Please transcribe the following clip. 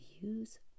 use